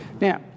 Now